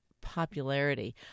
popularity